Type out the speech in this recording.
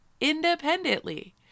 independently